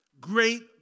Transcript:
great